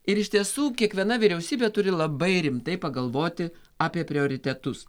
ir iš tiesų kiekviena vyriausybė turi labai rimtai pagalvoti apie prioritetus